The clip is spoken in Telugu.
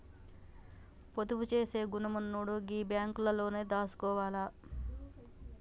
పొదుపు జేసే గుణమున్నోడు గీ బాంకులల్లనే దాసుకోవాల